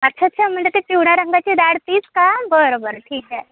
अच्छा अच्छा म्हणजे ती पिवळ्या रंगाची डाळ तीच का बरं बरं ठीक आहे